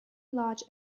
large